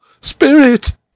Spirit